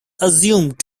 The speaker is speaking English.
assumed